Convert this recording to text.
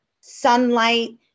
sunlight